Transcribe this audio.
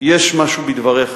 יש משהו בדבריך.